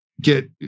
get